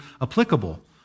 applicable